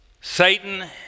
Satan